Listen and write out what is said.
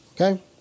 okay